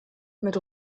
mit